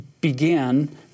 began